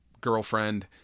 girlfriend